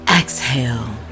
exhale